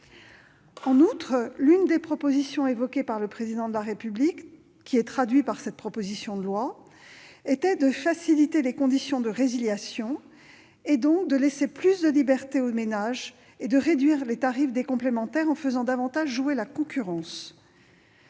En outre, l'une des propositions qu'a évoquées le Président de la République et que traduit cette proposition de loi est de faciliter les conditions de résiliation, donc de laisser plus de liberté aux ménages et de réduire les tarifs des complémentaires en faisant davantage jouer la concurrence.